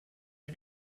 you